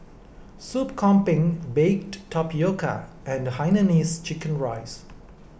Sup Kambing Baked Tapioca and Hainanese Chicken Rice